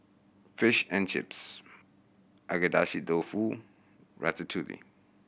Fish and Chips Agedashi Dofu Ratatouille